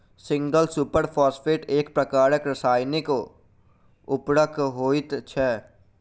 single super phosphate एक प्रकारक रासायनिक उर्वरक होइत छै